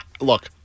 Look